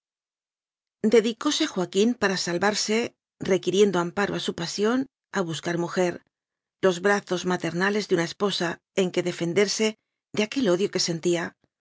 cállate dedicóse joaquín para salvarse requi riendo amparo a su pasión a buscar mujer los brazos maternales de una esposa en que defenderse de aquel odio que sentía